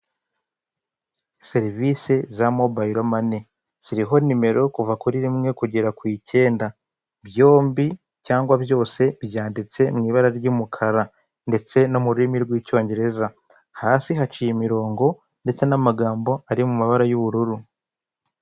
Serivisi za mobayiro mani ziriho, nimero kuva kuri rimwe kugera ku ikenda byombi cyangwa byose byanditse mu ibara ry'umukara, ndetse no mu rurimi rw'icyongereza, hasi haciye imirongo ndetse n'amagambo ari mu mabara y'ubururu.